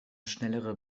schnellere